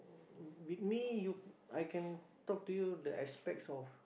with me I can talk to you the aspect of